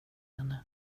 henne